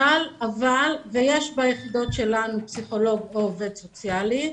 יש ביחידות שלנו פסיכולוג או עובד סוציאלי.